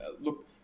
Look